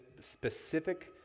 specific